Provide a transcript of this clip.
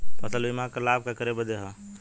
फसल बीमा क लाभ केकरे बदे ह?